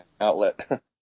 outlet